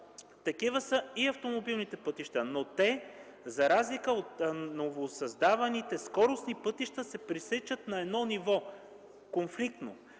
Такива са и автомобилните пътища, но те, за разлика от новосъздаваните скоростни пътища, се пресичат на едно ниво – конфликтно,